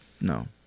No